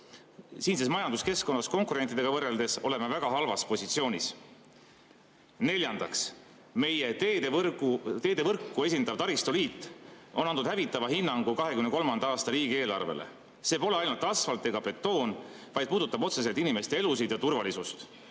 Siinses majanduskeskkonnas konkurentidega võrreldes oleme väga halvas positsioonis. Neljandaks. Meie teedevõrku esindav taristuliit on andnud hävitava hinnangu 2023. aasta riigieelarvele. See pole ainult asfalt ega betoon, vaid puudutab otseselt inimeste elusid ja turvalisust,